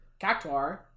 Cactuar